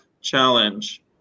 challenge